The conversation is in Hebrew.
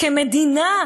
כמדינה,